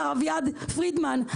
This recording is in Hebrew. מר אביעד פרידמן,